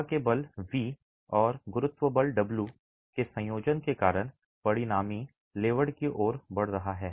हवा के बल V और गुरुत्व बल W के संयोजन के कारण परिणामी लेवर्ड की ओर बढ़ रहा है